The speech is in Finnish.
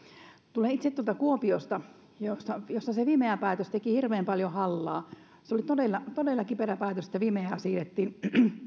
tulen itse tuolta kuopiosta jossa jossa se fimea päätös teki hirveän paljon hallaa se oli todella todella kiperä päätös että fimea